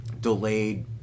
delayed